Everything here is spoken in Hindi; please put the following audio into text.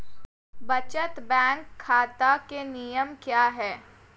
बचत बैंक खाता के नियम क्या हैं?